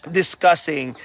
discussing